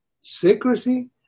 secrecy